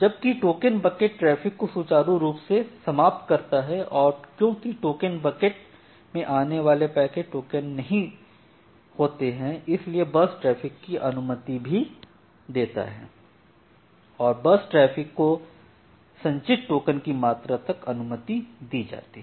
जबकि token bucket traffic को सुचारू रूप से समाप्त करता है और क्योंकि टोकन बकेट में आने वाले पैकेट टोकन नहीं होते हैं इसलिए बर्स्ट ट्रैफिक की अनुमति भी देता है और बर्स्ट ट्रैफिक को संचित टोकन की मात्रा तक अनुमति दी जाती है